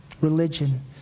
religion